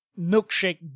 milkshake